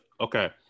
Okay